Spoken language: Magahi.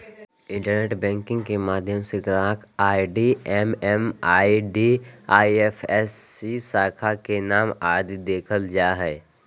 इंटरनेट बैंकिंग के माध्यम से ग्राहक आई.डी एम.एम.आई.डी, आई.एफ.एस.सी, शाखा के नाम आदि देखल जा हय